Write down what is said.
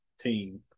team